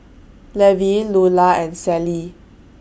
Levi Lulla and Celie